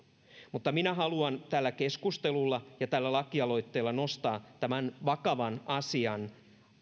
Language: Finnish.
mutta minä haluan tällä keskustelulla ja tällä lakialoitteella nostaa tämän vakavan asian